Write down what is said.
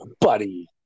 Buddy